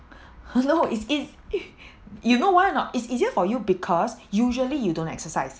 hello is it you know why or not it's easier for you because usually you don't exercise